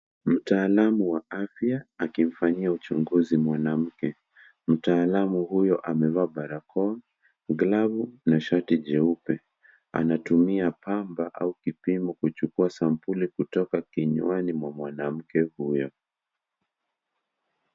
Mtaalamu wa afya akimfanyia uchunguzi mwanamke. Mtaalamu huyo amevaa barakoa, glavu na shati jeupe. Anatumia pamba au kipimo kuchukua sampuli kutoka kinywani mwa mwanamke huyo.